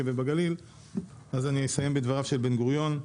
ובגליל אז אני אסיים בדבריו של בן גוריון: